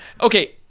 Okay